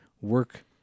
work